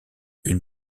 une